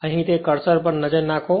અહીં તે કર્સર પર નજર નાખો